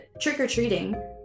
trick-or-treating